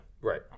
Right